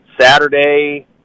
Saturday